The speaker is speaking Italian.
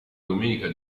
domenica